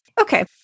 Okay